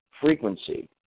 frequency